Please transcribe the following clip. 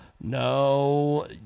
no